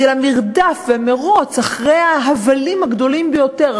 של המרדף והמירוץ אחרי ההבלים הגדולים ביותר,